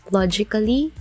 logically